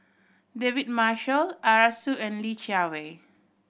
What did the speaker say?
David Marshall Arasu and Li Jiawei